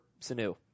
Sanu